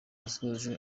yasoje